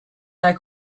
their